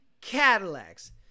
cadillacs